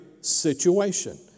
situation